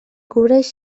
cobreix